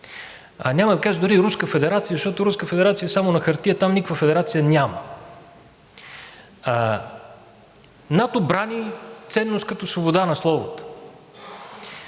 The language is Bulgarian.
Няма да кажа дори Руската федерация, защото Руска федерация е само на хартия, там никаква федерация няма. НАТО брани ценност, като свобода на словото.